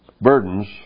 burdens